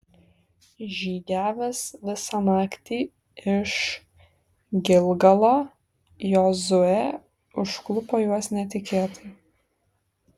žygiavęs visą naktį iš gilgalo jozuė užklupo juos netikėtai